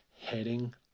heading